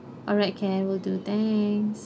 alright can will do thanks